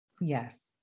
yes